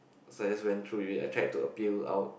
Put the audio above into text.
so I just went through with it I tried to appeal out